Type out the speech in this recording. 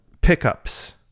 pickups